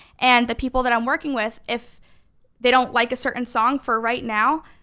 and the people that i'm working with, if they don't like a certain song for right now,